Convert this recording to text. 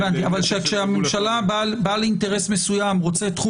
אבל כאשר בעל אינטרס מסוים רוצה תחום